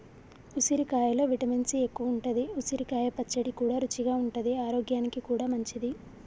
ఉసిరికాయలో vitamin C ఎక్కువుంటది, ఉసిరికాయ పచ్చడి కూడా రుచిగా ఉంటది ఆరోగ్యానికి కూడా మంచిది